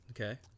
Okay